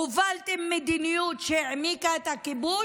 הובלתם מדיניות שהעמיקה את הכיבוש,